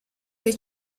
dei